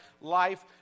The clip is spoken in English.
life